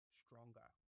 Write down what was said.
stronger